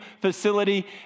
facility